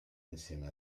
insieme